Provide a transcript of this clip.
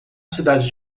cidade